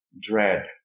dread